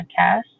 podcast